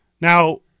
Now